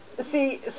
See